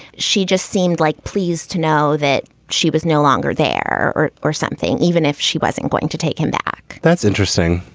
she just seemed like pleased to know that she was no longer there there or or something, even if she wasn't going to take him back that's interesting.